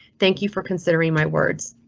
thank you for considering my words.